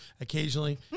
occasionally